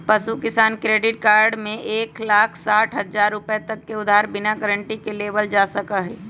पशु किसान credit card में एक लाख साठ हजार रुपए तक के उधार बिना गारंटी के लेबल जा सका हई